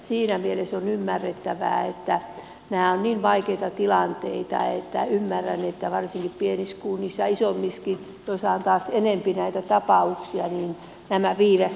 siinä mielessä on ymmärrettävää kun nämä ovat niin vaikeita tilanteita että varsinkin pienissä kunnissa ja isommissakin joissa on taas enempi näitä tapauksia nämä viivästykset ovat totta